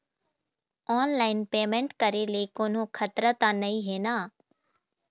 Online payment करे ले कोन्हो खतरा त नई हे न?